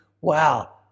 wow